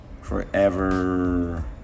forever